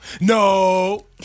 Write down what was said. No